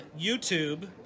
YouTube